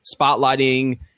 spotlighting